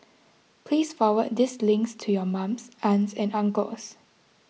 please forward this links to your mums aunts and uncles